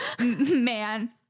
man